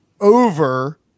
over